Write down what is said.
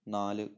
നാല്